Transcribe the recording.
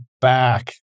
back